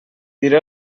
diré